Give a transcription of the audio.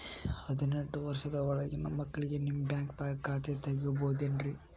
ಹದಿನೆಂಟು ವರ್ಷದ ಒಳಗಿನ ಮಕ್ಳಿಗೆ ನಿಮ್ಮ ಬ್ಯಾಂಕ್ದಾಗ ಖಾತೆ ತೆಗಿಬಹುದೆನ್ರಿ?